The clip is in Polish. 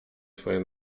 swoje